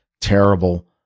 terrible